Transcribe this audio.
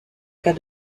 cas